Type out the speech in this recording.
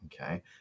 okay